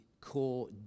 core